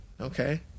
okay